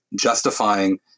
justifying